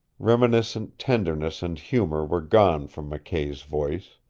reminiscent tenderness and humor were gone from mckay's voice.